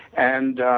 and,